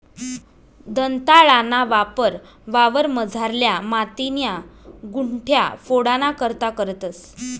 दंताळाना वापर वावरमझारल्या मातीन्या गुठया फोडाना करता करतंस